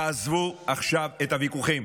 תעזבו עכשיו את הוויכוחים.